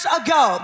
ago